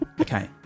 Okay